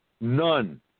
None